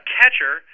catcher